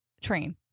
train